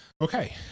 okay